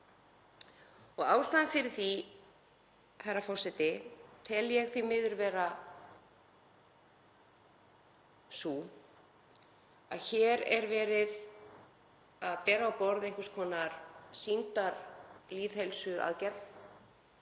Og ástæðuna fyrir því, herra forseti, tel ég því miður vera þá að hér er verið að bera á borð einhvers konar sýndarlýðheilsuaðgerð.